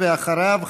ואחריו,